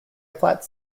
flat